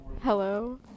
Hello